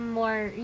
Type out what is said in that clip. more